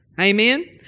Amen